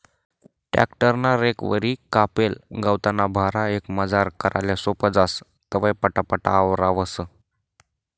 tractor ना रेकवरी कापेल गवतना भारा एकमजार कराले सोपं जास, तवंय पटापट आवरावंस